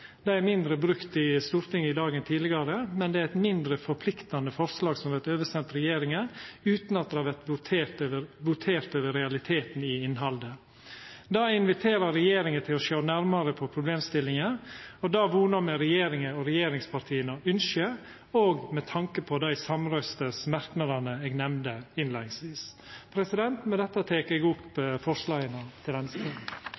Det er mindre brukt i Stortinget i dag enn tidlegare, men det er eit mindre forpliktande forslag, som vert oversendt regjeringa utan at det vert votert over realiteten i innhaldet. Det inviterer regjeringa til å sjå nærmare på problemstillinga, og det vonar me regjeringa og regjeringspartia ønskjer – òg med tanke på dei samrøystes merknadene eg nemnde innleiingsvis. Med dette tek eg opp